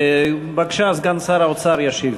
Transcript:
בבקשה, סגן שר האוצר ישיב.